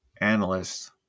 analysts